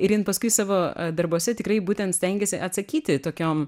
ir jin paskui savo darbuose tikrai būtent stengėsi atsakyti tokiom